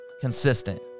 consistent